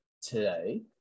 today